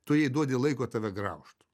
tu jai duodi laiko tave graužt